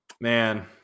man